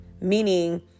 Meaning